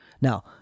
Now